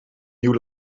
nieuw